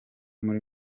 muri